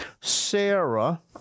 Sarah